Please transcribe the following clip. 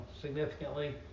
significantly